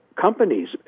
companies